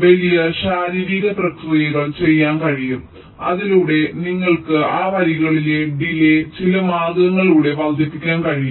ഞങ്ങൾക്ക് ചില ശാരീരിക പ്രക്രിയകൾ ചെയ്യാൻ കഴിയും അതിലൂടെ നിങ്ങൾക്ക് ആ വരികളിലെ ഡിലേയ് ചില മാർഗങ്ങളിലൂടെ വർദ്ധിപ്പിക്കാൻ കഴിയും